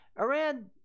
Iran